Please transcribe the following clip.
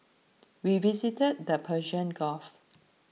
we visited the Persian Gulf